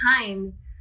times